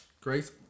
Great